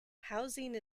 housing